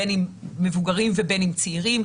בין אם מבוגרים ובין אם צעירים.